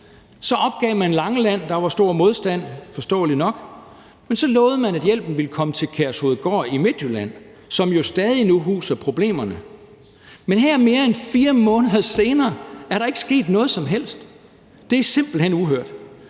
så opgav man Langeland, for der var stor modstand, forståeligt nok, men så lovede man, at hjælpen ville komme til Kærshovedgård i Midtjylland, som jo stadig nu huser problemerne. Men her mere end 4 måneder senere er der ikke sket noget som helst. Det er simpelt hen uhørt,